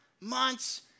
months